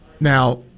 Now